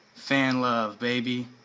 fan love baby.